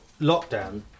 lockdown